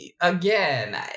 again